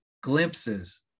glimpses